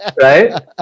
right